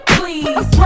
please